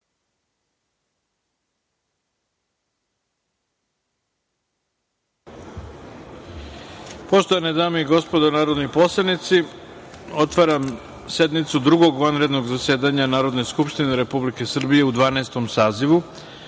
Poštovane dame i gospodo narodni poslanici, otvaram sednicu Drugog vanrednog zasedanja Narodne skupštine Republike Srbije u Dvanaestom